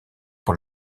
pour